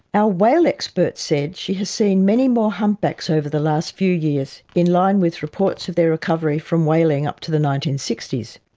our whale expert said she has seen many more humpbacks over the last few years in line with reports of their recovery from whaling up to the nineteen sixty s.